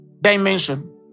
dimension